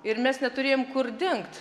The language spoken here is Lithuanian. ir mes neturėjom kur dingt